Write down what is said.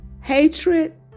hatred